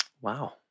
Wow